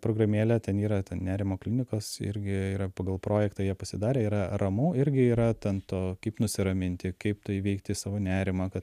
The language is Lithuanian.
programėlė ten yra ta nerimo klinikos irgi yra pagal projektą jie pasidarė yra ramu irgi yra ten to kaip nusiraminti kaip įveikti savo nerimą kad